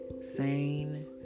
sane